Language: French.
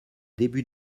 début